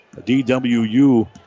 DWU